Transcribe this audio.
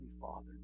Father